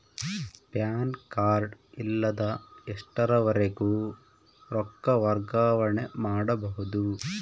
PAN card ಇಲ್ಲದ ಎಷ್ಟರವರೆಗೂ ರೊಕ್ಕ ವರ್ಗಾವಣೆ ಮಾಡಬಹುದು?